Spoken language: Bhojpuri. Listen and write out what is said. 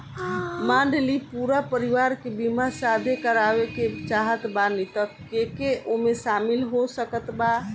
मान ली पूरा परिवार के बीमाँ साथे करवाए के चाहत बानी त के के ओमे शामिल हो सकत बा?